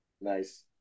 Nice